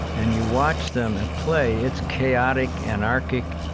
and you watch them at play, it's chaotic, anarchic,